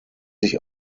sich